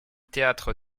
theatre